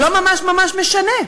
זה כבר לא ממש ממש משנה,